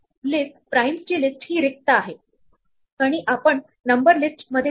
तेव्हा विषम union prime म्हणजेच असे एलिमेंट्स असतील जे एक तर विषम असतील किंवा प्राईम मध्ये असतील